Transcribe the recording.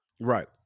right